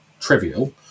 trivial